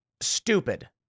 stupid